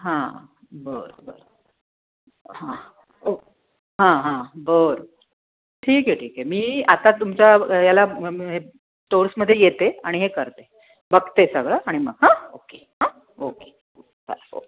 हां बरं बरं हां ओ हां हां बरं ठीक आहे ठीक आहे मी आता तुमच्या याला मग स्टोर्समध्ये येते आणि हे करते बघते सगळं आणि मग हां ओके हां ओके चालेल ओके